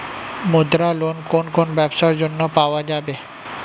মুদ্রা লোন কোন কোন ব্যবসার জন্য পাওয়া যাবে?